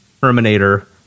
Terminator